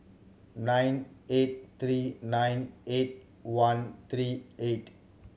nine eight three nine eight one three eight